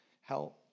help